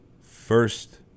first